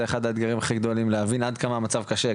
זה אחד האתגרים הכי גדולים להבין עד כמה המצב קשה.